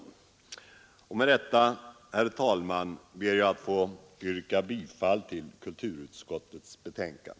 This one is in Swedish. Med det anförda, herr talman, ber jag att få yrka bifall till kulturutskottets hemställan.